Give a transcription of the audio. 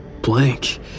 blank